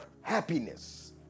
happiness